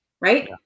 right